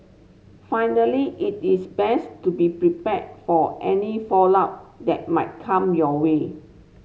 finally it is best to be prepared for any fallout that might come your way